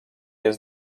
jest